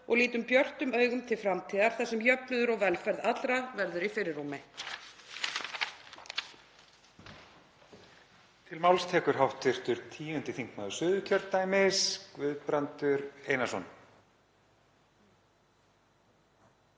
og lítum björtum augum til framtíðar þar sem jöfnuður og velferð allra verður í fyrirrúmi.